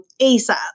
ASAP